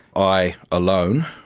i alone,